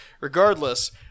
regardless